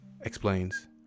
explains